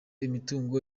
imitungo